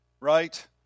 right